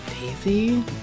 Daisy